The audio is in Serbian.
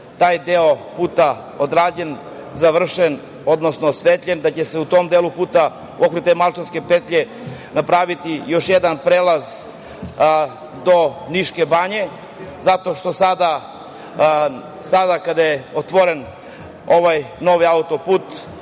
da će taj deo puta biti odrađen, završen, odnosno osvetljen, da će se taj deo puta oko te Malčanske petlje napraviti još jedan prelaz do Niške banje, zato što sada kada je otvoren ovaj novi autoput